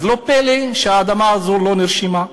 אז לא פלא שהאדמה הזו לא נרשמה,